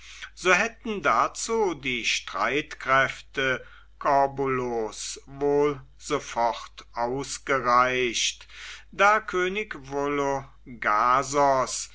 so hätten dazu die streitkräfte corbulos wohl sofort ausgereicht da könig